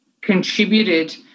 contributed